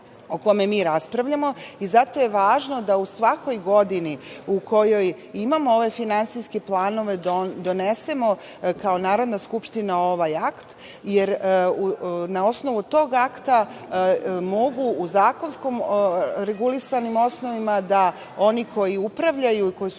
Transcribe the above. o kome mi raspravljamo i zato je važno da u svakoj godini u kojoj imamo ove finansijske planove donesemo, kao Narodna skupština ovaj akt. Na osnovu tog akta mogu u zakonski regulisanim osnovima da oni koji upravljaju, koji su